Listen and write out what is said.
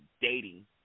dating